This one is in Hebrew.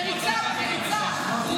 במריצה, במריצה.